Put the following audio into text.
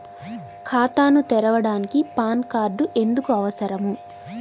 ఖాతాను తెరవడానికి PAN card ఎందుకు అవసరము?